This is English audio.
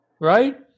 Right